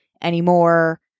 anymore